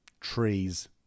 Trees